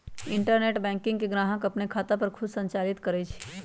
internet banking से ग्राहक अप्पन खाता खुद संचालित कर सकलई ह